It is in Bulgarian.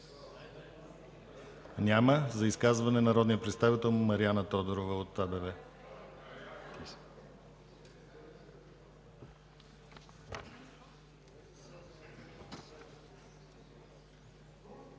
Няма. За изказване – народният представител Мариана Тодорова от АБВ.